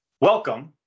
welcome